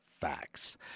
facts